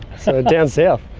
so down south.